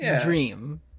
dream